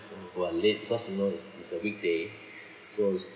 who are late because you know is is a weekday so